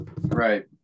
Right